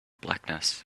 blackness